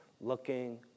Looking